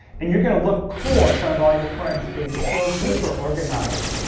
and you're gonna look cool in front of all your friends, being so super organized.